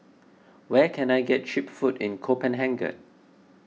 where can I get Cheap Food in Copenhagen